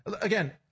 Again